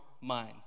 mind